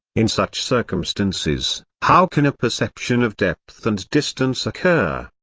in such circumstances, how can a perception of depth and distance occur?